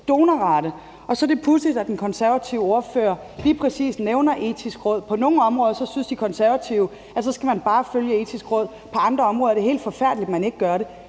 donorrate. Så er det pudsigt, at den konservative ordfører lige præcis nævner Etisk Råd. På nogle områder synes De Konservative, at så skal man bare følge Etisk Råd, mens det på andre områder er helt forfærdeligt, at man ikke gør det.